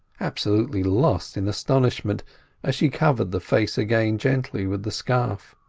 absolutely lost in astonishment as she covered the face again gently with the scarf.